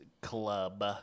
club